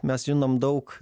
mes žinom daug